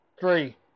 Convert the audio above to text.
three